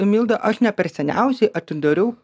milda aš ne per seniausiai atidariau